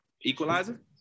Equalizer